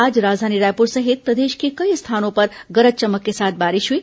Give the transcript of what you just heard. आज राजधानी रायपुर सहित प्रदेश के कई स्थानों पर गरज चमक के साथ बारिश हई